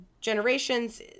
generations